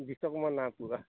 Vishwakarma